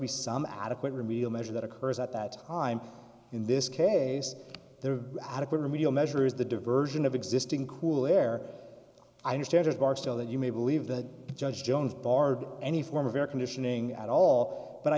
be some adequate remedial measure that occurs at that time in this case the adequate remedial measures the diversion of existing cool air i understand are still that you may believe that judge jones barred any form of air conditioning at all but i